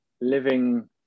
living